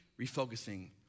refocusing